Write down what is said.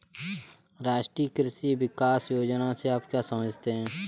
राष्ट्रीय कृषि विकास योजना से आप क्या समझते हैं?